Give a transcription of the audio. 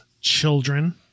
children